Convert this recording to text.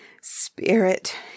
Spirit